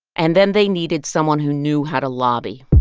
and then they needed someone who knew how to lobby